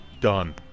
Done